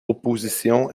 opposition